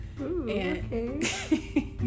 okay